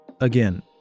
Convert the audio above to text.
Again